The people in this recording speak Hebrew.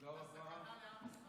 אתה סכנה לעם ישראל.